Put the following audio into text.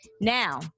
now